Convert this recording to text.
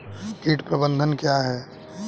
कीट प्रबंधन क्या है?